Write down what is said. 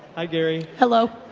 hi gary. hello.